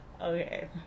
Okay